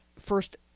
first